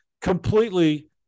completely